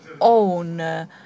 own